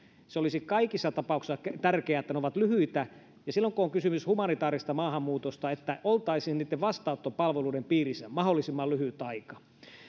se olisi kaikissa tapauksissa tärkeää että ne ovat lyhyitä ja silloin kun on kysymys humanitaarisesta maahanmuutosta että oltaisiin niitten vastaanottopalveluiden piirissä mahdollisimman lyhyt aika